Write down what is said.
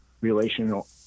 relational